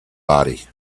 body